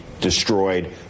destroyed